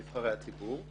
נבחרי הציבור,